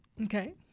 Okay